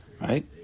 right